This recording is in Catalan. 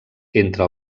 entre